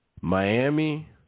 Miami